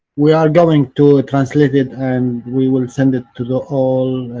we are going to translate it and we will send it to the all.